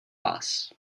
vás